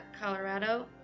Colorado